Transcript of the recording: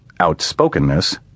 outspokenness